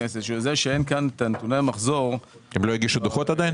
הם לא הגישו דוחות עדיין?